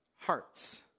hearts